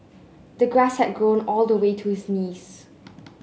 the grass had grown all the way to his knees